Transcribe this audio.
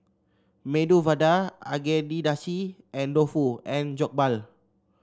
Medu Vada Agedashi and Dofu and Jokbal